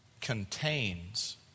contains